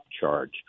charge